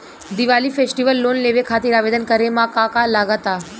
Diwali festival loan लेवे खातिर आवेदन करे म का का लगा तऽ?